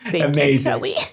Amazing